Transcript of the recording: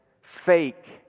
fake